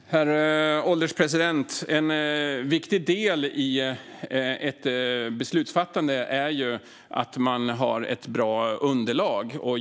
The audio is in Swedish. Herr ålderspresident! En viktig del i ett beslutsfattande är att man har ett bra underlag.